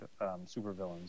supervillains